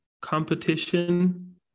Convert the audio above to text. competition